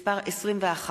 (מס' 21)